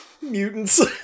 Mutants